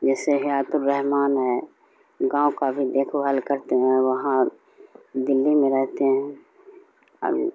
جیسے حیات الرحمن ہے گاؤں کا بھی دیکھ بھال کرتے ہیں وہاں دلی میں رہتے ہیں اور